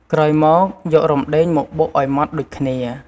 ក្រោយមក យករំដេងមកបុកឱ្យម៉ដ្ឋដូចគ្នា។